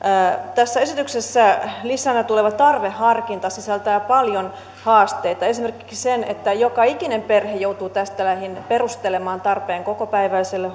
tässä esityksessä lisänä tuleva tarveharkinta sisältää paljon haasteita esimerkiksi sen että joka ikinen perhe joutuu tästä lähin perustelemaan tarpeen kokopäiväiselle